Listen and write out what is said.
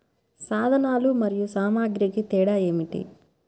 సాధనాలు మరియు సామాగ్రికి తేడా ఏమిటి?